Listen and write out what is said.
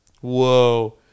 Whoa